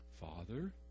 Father